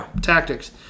tactics